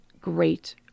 great